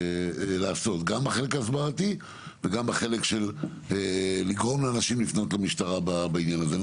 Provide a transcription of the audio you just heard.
גם בחלק ההסברתי וגם בחלק של לגרום לאנשים לפנות למשטרה בעניין הזה.